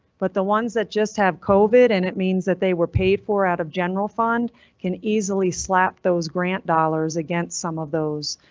but the ones that just have covid and it means that they were paid for out of general fund can easilly slap those grant dollars against some of those.